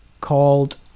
called